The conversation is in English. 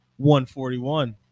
141